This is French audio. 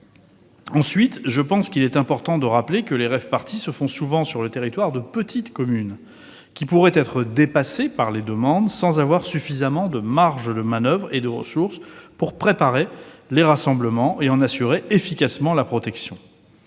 Ensuite, je pense qu'il est important de rappeler que les rave-parties se tiennent souvent sur le territoire de petites communes, qui pourraient être dépassées par les demandes : elles n'auraient pas suffisamment de marges de manoeuvre et de ressources pour préparer les rassemblements et en assurer efficacement la protection.